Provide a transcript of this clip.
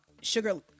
sugar—